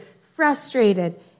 frustrated